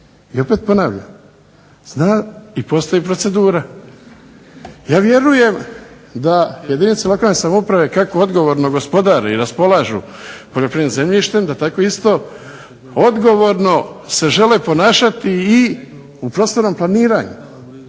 I opet ponavljam, zna i postoji procedura, ja vjerujem da jedinice lokalne samouprave kako odgovorno raspolažu i gospodare poljoprivrednim zemljištem da se tako isto odgovorno se žele ponašati i u prostornom planiranju.